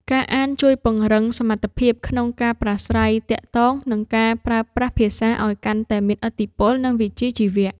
ការអានជួយពង្រឹងសមត្ថភាពក្នុងការប្រាស្រ័យទាក់ទង និងការប្រើប្រាស់ភាសាឱ្យកាន់តែមានឥទ្ធិពល និងវិជ្ជាជីវៈ។